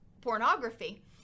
pornography